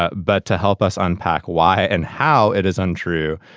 ah but to help us unpack why and how it is untrue.